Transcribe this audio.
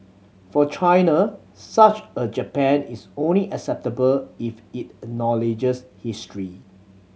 for China such a Japan is only acceptable if it acknowledges history